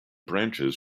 branches